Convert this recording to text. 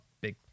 big